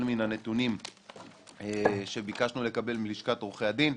מן הנתונים שביקשנו לקבל מלשכת עורכי הדין.